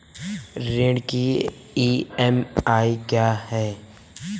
ऋण की ई.एम.आई क्या है?